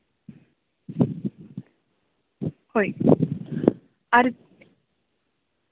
ᱦᱳᱭ ᱟᱨ